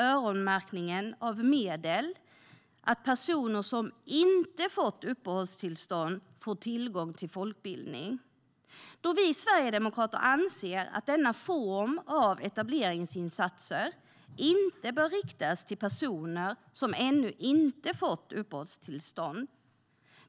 Öronmärkningen av medel innebär att personer som inte fått uppehållstillstånd får tillgång till folkbildning. Vi sverigedemokrater anser att denna form av etableringsinsatser inte bör riktas till personer som ännu inte fått uppehållstillstånd.